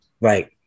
Right